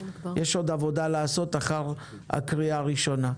יש עוד עבודה לעשות אחרי הקריאה הראשונה.